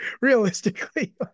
Realistically